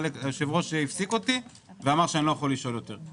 היושב-ראש הפסיק אותי ואמר שאני לא יכול לשאול יותר.